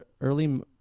early